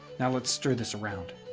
now let's stir this around.